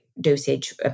dosage